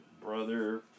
brother